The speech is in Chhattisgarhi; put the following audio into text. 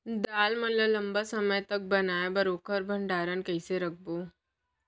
दाल मन ल लम्बा समय तक बनाये बर ओखर भण्डारण कइसे रखबो?